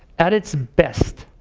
at its best,